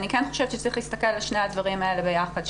אני כן חושבת שצריך להסתכל על שני הדברים האלה ביחד,